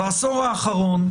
בעשור האחרון,